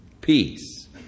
Peace